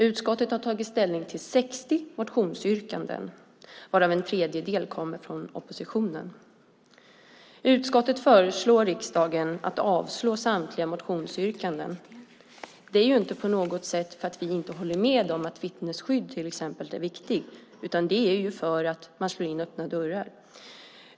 Utskottet har tagit ställning till 60 motionsyrkanden, varav en tredjedel kommer från oppositionen. Utskottet föreslår riksdagen att avslå samtliga motionsyrkanden. Det är inte på något sätt så att vi inte håller med om att till exempel vittnesskydd är viktigt, utan det är för att man slår in öppna dörrar.